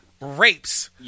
rapes